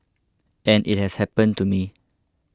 and it has happened to me